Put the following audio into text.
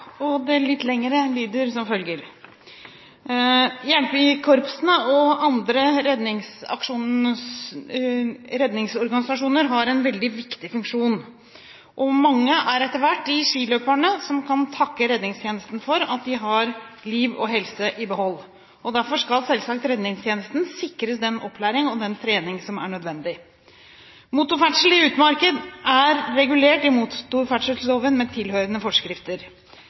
og det litt lengre lyder som følger: Hjelpekorpsene og andre redningsorganisasjoner har en veldig viktig funksjon. Mange er etter hvert de skiløpere som kan takke redningstjenesten for at de har liv og helse i behold. Derfor skal selvsagt redningstjenesten sikres den opplæring og trening som er nødvendig. Motorferdsel i utmark er regulert i motorferdselloven med tilhørende forskrifter.